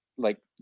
like,